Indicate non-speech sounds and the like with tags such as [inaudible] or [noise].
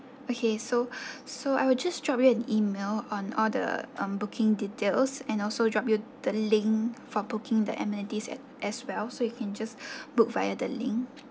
okay so [breath] so I will just drop you an email on all the um booking details and also drop you the link for booking the amenities at as well so you can just [breath] book via the link